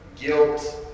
guilt